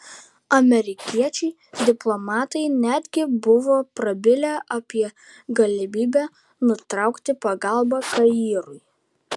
amerikiečiai diplomatai netgi buvo prabilę apie galimybę nutraukti pagalbą kairui